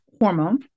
hormone